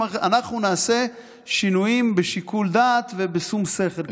אנחנו נעשה שינויים בשיקול דעת ובשום שכל,